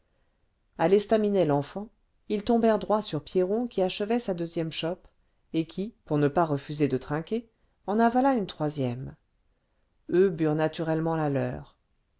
a l'estaminet lenfant ils tombèrent droit sur pierron qui achevait sa deuxième chope et qui pour ne pas refuser de trinquer en avala une troisième eux burent naturellement la leur